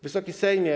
Wysoki Sejmie!